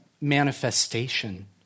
manifestation